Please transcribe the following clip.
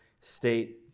state